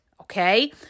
okay